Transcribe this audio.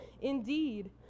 indeed